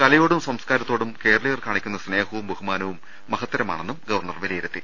കലയോടും സം സ്കാരത്തോടും കേരളീയർ കാണിക്കുന്ന സ്നേഹവും ബഹുമാനവും മഹ ത്തരമാണെന്നും ഗവർണർ വിലയിരുത്തി